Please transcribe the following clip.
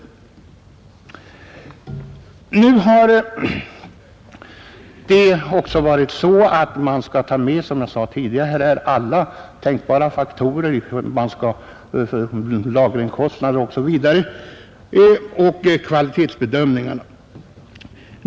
Som jag sade tidigare skall man också ta med alla tänkbara faktorer, t.ex. lagringskostnader, och kvalitetsbedömningarna.